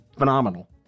phenomenal